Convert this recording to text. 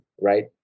right